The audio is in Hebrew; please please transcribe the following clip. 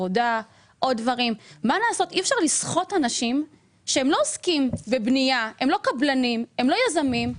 אלה אנשים שלא עוסקים בבנייה; הם לא קבלנים או יזמים,